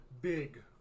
big